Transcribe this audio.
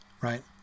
right